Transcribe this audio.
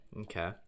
Okay